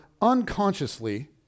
unconsciously